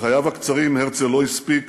בחייו הקצרים הרצל לא הספיק